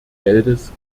geldes